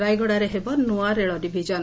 ରାୟଗଡ଼ାରେ ହେବ ନୂଆ ରେଳ ଡିଭିଜନ